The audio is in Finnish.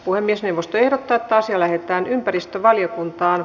puhemiesneuvosto ehdottaa että asia lähetetään ympäristövaliokuntaan